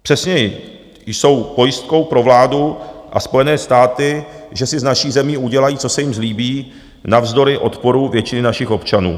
Přesněji, jsou pojistkou pro vládu a Spojené státy, že si s naší zemí udělají, co se jim zlíbí, navzdory odporu většiny našich občanů.